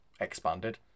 expanded